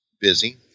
busy